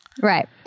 Right